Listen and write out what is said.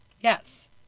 Yes